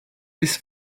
this